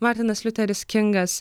martynas liuteris kingas